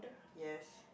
yes